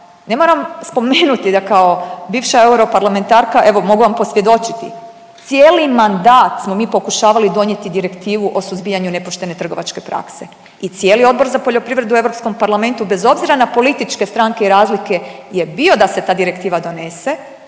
Ne moram spomenuti da kao bivša europarlamentarka evo mogu vam posvjedočiti cijeli mandat smo mi pokušavali donijeti direktivu o suzbijanju nepoštene trgovačke prakse i cijeli Odbor za poljoprivredu Europskom parlamentu bez obzira na političke stranke i razlike je bio da se ta direktiva donese,